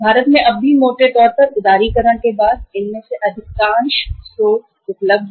भारत में भी अब मोटे तौर पर उदारीकरण के बाद इनमें से अधिकांश स्रोत उपलब्ध हैं